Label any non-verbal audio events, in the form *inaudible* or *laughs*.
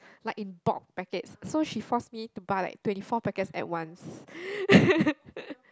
like in bulk packet so she force me to buy like twenty four packet at once *laughs*